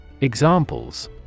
Examples